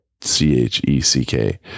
C-H-E-C-K